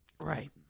Right